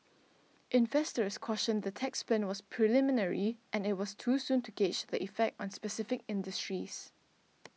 investors cautioned the tax plan was preliminary and it was too soon to gauge the effect on specific industries